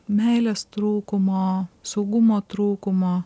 meilės trūkumo saugumo trūkumo